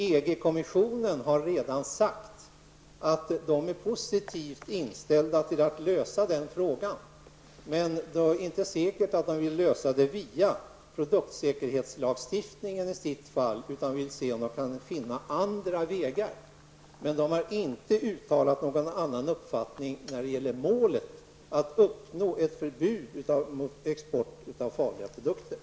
EG-kommissionen har redan sagt att den är positiv till att lösa den frågan, men det är inte säkert att man vill lösa den via den produktsäkerhetslagstiftningen, utan man vill se om man kan finna andra vägar. EG-kommissionen har emellertid inte uttalat någon annan uppfattning när det gäller målet att uppnå ett förbud mot export av farliga produkter.